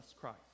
Christ